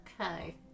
Okay